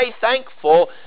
thankful